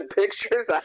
pictures